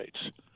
States